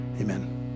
Amen